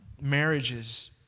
Marriages